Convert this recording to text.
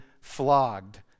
flogged